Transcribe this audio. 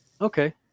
okay